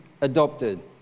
adopted